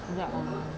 sejak um